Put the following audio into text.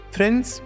Friends